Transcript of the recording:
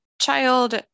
child